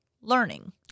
learning